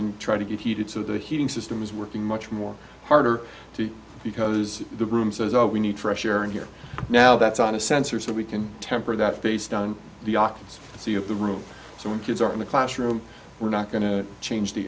and try to get heated so the heating system is working much more harder to because the room says we need fresh air in here now that's on a sensor so we can temper that based on the options to see if the room so when kids are in the classroom we're not going to change the